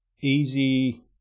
easy